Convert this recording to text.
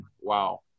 Wow